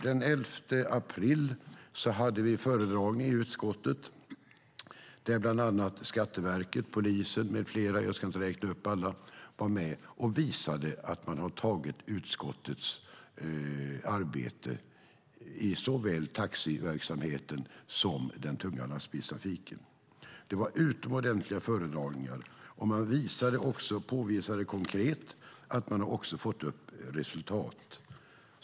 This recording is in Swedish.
Den 11 april hade vi en föredragning i utskottet där representanter för Skatteverket, polisen med flera var med och visade att man hade tagit del av utskottets arbete inom såväl taxiverksamheten som den tunga lastbilstrafiken. Det var utomordentliga föredragningar, och man påvisade konkret att man nått resultat.